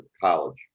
college